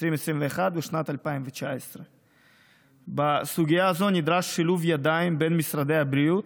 2021 ושנת 2019. בסוגיה הזאת נדרש שילוב ידיים בין משרדי הבריאות,